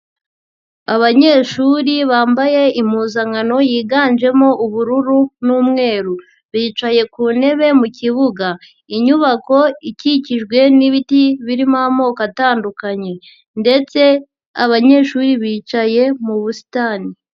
Abanyeshuri bambaye impuzankano yiganjemo ubururu n'umweru, bicaye ku ntebe mu kibuga, inyubako ikikijwe n'ibiti birimo amoko atandukanye ndetse abanyeshuri bicaye mu busitani.